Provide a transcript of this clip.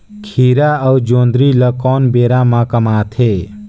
खीरा अउ जोंदरी ल कोन बेरा म कमाथे?